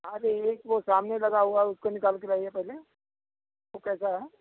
अरे एक वो सामने लगा हुआ है उसको निकाल कर लाइए पहले वो कैसा है